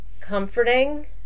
comforting